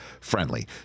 friendly